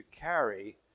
carry